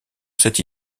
cette